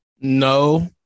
No